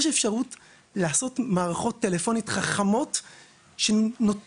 יש אפשרות לעשות מערכות טלפוניות חכמות שנותנות